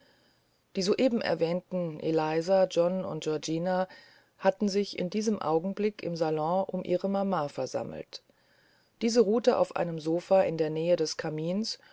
die soeben erwähnten eliza john und georgina hatten sich in diesem augenblick im salon um ihre mama versammelt diese ruhte auf einem sofa in der nähe des kamins